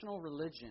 religion